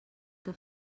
que